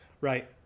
Right